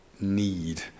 need